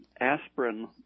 aspirin